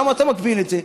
למה אתה מגביל את זה?